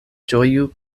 ĝoju